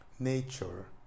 Nature